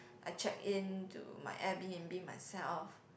I check in to my air-b_n_b myself